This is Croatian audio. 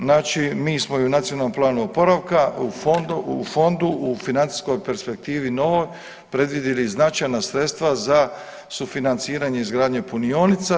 Znači mi smo i u Nacionalnom planu oporavka u fondu, u financijskoj perspektivi novoj predvidjeli značajna sredstva za sufinanciranje izgradnje punionica.